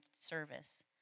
service